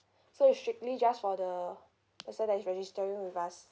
so it's strictly just for the person that is registering with us